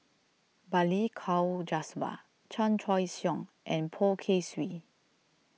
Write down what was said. Balli Kaur Jaswal Chan Choy Siong and Poh Kay Swee